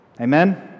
Amen